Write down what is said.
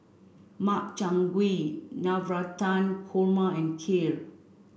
Makchang Gui Navratan Korma and Kheer